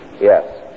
Yes